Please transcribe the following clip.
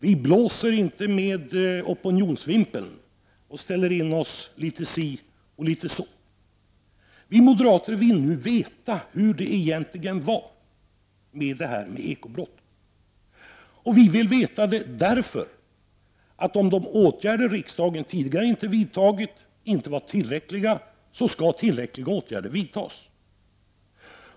Vi låter oss inte föras med av opinionsvindarna och ställer inte in oss litet si och litet så. Vi moderater vill nu veta hur det egentligen var med ekobrotten. Anledningen är att om de åtgärder riksdagen tidigare vidtagit inte var tillräckliga, så skall tillräckliga åtgärder vidtas.